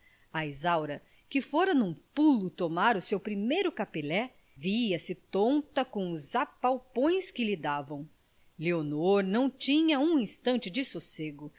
a isaura que fora num pulo tomar o seu primeiro capilé via-se tonta com os apalpões que lhe davam leonor não tinha um instante de sossego